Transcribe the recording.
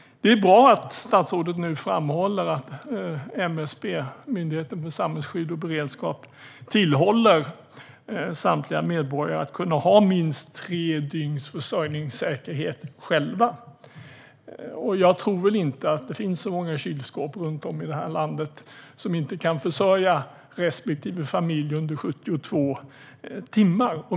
Det är bra att statsrådet nu framhåller att MSB, Myndigheten för samhällsskydd och beredskap, tillhåller samtliga medborgare att kunna ha minst tre dygns försörjningssäkerhet själva. Jag tror väl inte att det finns så många kylskåp runt om i det här landet som inte kan försörja respektive familj under 72 timmar.